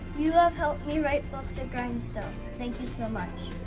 you ah have helped me write books at grindstone. thank you so much.